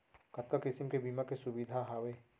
कतका किसिम के बीमा के सुविधा हावे?